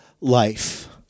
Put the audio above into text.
life